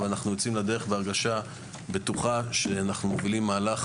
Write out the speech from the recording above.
אבל אנחנו יוצאים לדרך בהרגשה בטוחה שאנחנו מובילים מהלך